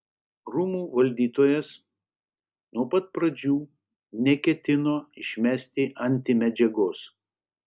rūmų valdytojas nuo pat pradžių neketino išmesti antimedžiagos